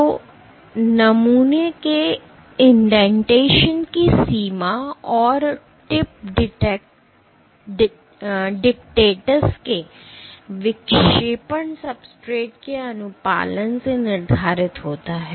तो नमूना के इंडेंटेशन की सीमा और टिप डिक्टेट्स के विक्षेपण सब्सट्रेट के अनुपालन से निर्धारित होता है